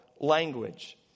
language